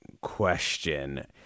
question